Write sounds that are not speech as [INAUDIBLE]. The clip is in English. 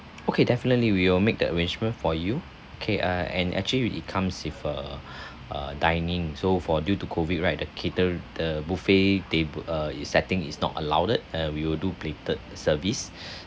okay definitely we will make the arrangement for you okay uh and actually it comes with a [BREATH] uh dining so for due to COVID right the cater the buffet tab~ err it setting is not allowed uh we will do plated service [BREATH]